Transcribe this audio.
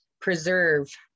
preserve